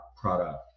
product